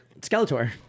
Skeletor